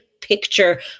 picture